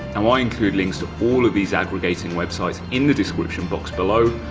and i include links to all of these aggregating websites in the description box below,